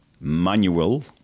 manual